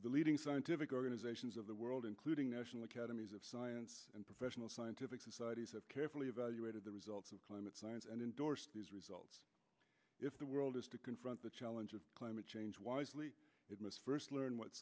the leading scientific organizations of the world including national academies of science and professional scientific societies have carefully evaluated the results of climate science and indorsed these results if the world is to confront the challenge of climate change wisely it must first learn what